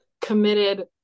committed